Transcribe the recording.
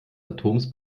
atoms